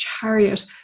chariot